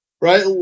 right